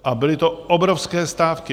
A byly to obrovské stávky.